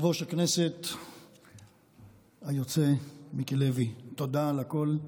יושב-ראש הכנסת היוצא מיקי לוי, תודה על הכול.